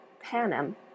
Panem